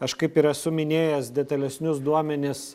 aš kaip ir esu minėjęs detalesnius duomenis